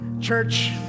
Church